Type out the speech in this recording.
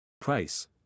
Price